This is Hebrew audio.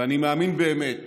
ואני מאמין באמת